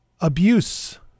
abuse